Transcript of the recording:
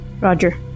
Roger